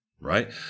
right